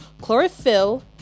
chlorophyll